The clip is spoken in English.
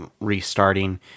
restarting